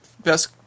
best